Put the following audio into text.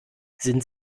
sind